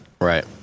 Right